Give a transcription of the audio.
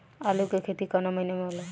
आलू के खेती कवना महीना में होला?